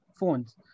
phones